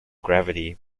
gravity